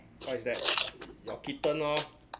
what is that your kitten orh